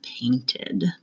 painted